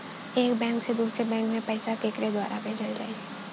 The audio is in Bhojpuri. एक बैंक से दूसरे बैंक मे पैसा केकरे द्वारा भेजल जाई?